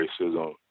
racism